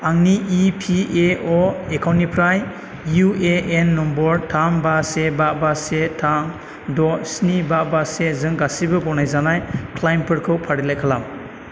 आंनि इपिएअ एकाउन्टनिफ्राय इउएएन नम्बर थाम बा से बा बा से थाम द' स्नि बा बा से जों गासिबो गनायजानाय क्लाइमफोरखौ फारिलाइ खालाम